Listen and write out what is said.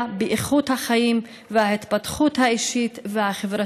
באיכות החיים וההתפתחות האישית והחברתית,